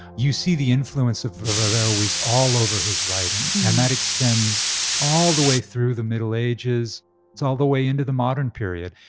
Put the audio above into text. you see the influence of of averroes all over his writing, and that extends all the way through the middle ages all the way into the modern period.